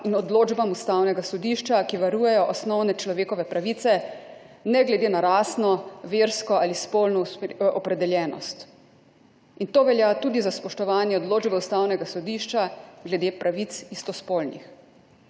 in odločbam Ustavnega sodišča, ki varujejo osnovne človekove pravice, ne glede na rasno, versko ali spolno opredeljenost. In to velja tudi za spoštovanje odločbe Ustavnega sodišča glede pravic istospolnih.